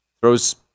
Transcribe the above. throws